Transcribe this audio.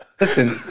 Listen